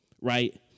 right